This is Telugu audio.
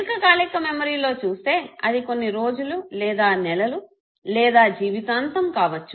దీర్ఘకాలిక మెమోరీలో చూస్తే అది కొన్ని రోజులు లేదా నెలలు లేదా జీవితాంతం కావచ్చు